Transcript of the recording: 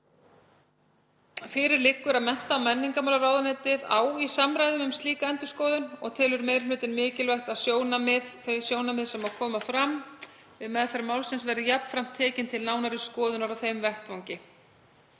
Fyrir liggur að mennta- og menningarmálaráðuneytið á í samræðum um slíka endurskoðun og telur meiri hlutinn mikilvægt að sjónarmið sem komu fram við meðferð málsins verði jafnframt tekin til nánari skoðunar á þeim vettvangi.